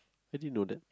how did you know that